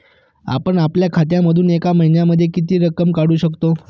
आपण आपल्या खात्यामधून एका महिन्यामधे किती रक्कम काढू शकतो?